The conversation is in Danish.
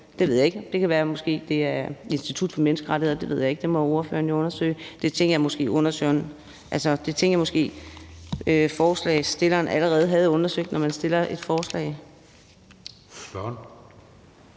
det ved jeg ikke. Det kan være, det måske er Institut for Menneskerettigheder. Det ved jeg ikke; det må ordføreren jo undersøge. Det tænkte jeg måske forslagsstillerne allerede havde undersøgt, når man fremsætter et forslag. Kl.